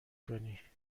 کنی